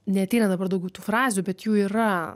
neateina dabar daugiau tų frazių bet jų yra